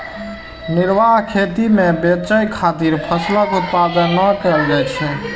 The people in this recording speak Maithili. निर्वाह खेती मे बेचय खातिर फसलक उत्पादन नै कैल जाइ छै